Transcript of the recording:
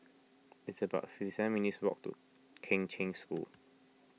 it's about fifty seven minutes' walk to Kheng Cheng School